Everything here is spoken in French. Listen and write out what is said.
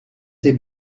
ses